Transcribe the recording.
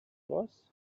was